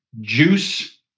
juice